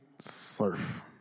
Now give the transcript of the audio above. surf